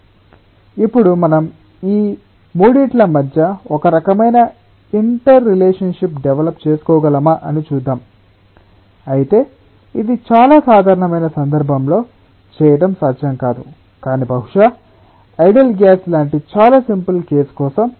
ఇప్పుడు మనం ఈ 3 టిల మధ్య ఒక రకమైన ఇంటర్ రిలేషన్షిప్ డెవలప్ చేసుకోగలమా అని చూద్దాం అయితే ఇది చాలా సాధారణమైన సందర్భంలో చేయటం సాధ్యం కాదు కానీ బహుశా ఐడియల్ గ్యాస్ లాంటి చాలా సింపుల్ కేస్ కోసం